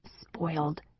spoiled